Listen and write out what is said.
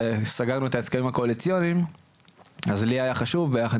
וסגרנו את ההסכמים הקואליציונים אז לי היה חשוב ביחד